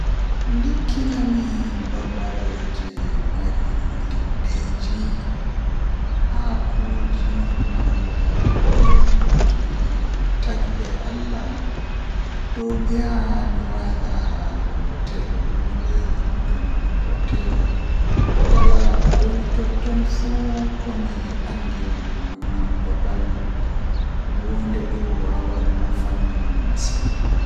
Ndikkinami babal jei mari leddeeji haakooji malla ndiyam jei takle Allah dow mi yaha mi waala haa hotel woonde ngam hotel kala ko woni totton fuu komi andi on, Amma babal woondedo wawan nafa mi masin.